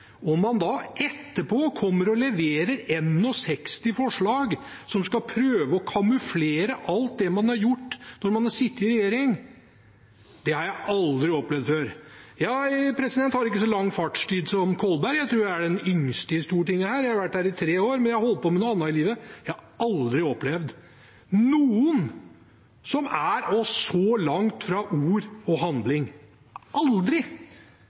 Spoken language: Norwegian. man da etterpå kommer og leverer 61 forslag som skal prøve å kamuflere alt det man har gjort da man satt i regjering, det har jeg aldri opplevd før. Jeg har ikke så lang fartstid som representanten Kolberg, jeg tror jeg er den «yngste» i Stortinget her, jeg har vært her i tre år. Men jeg har holdt på med andre ting i livet, og jeg har aldri opplevd noen som er så langt fra ord